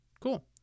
Cool